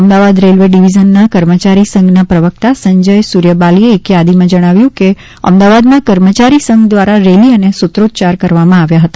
Ahmedabad railway ડિવિઝનના કર્મચારી સંઘના પ્રવક્તા સંજય સૂર્યબાલીએ એક યાદીમાં જણાવ્યું છે કે અમદાવાદમાં કર્મચારી સંઘ દ્વારા રેલી અને સૂત્રોચ્યાર કરવામાં આવ્યા હતા